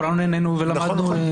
כולנו נהנינו ולמדנו.